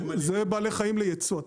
זה בעלי חיים לייצוא,